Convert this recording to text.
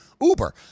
Uber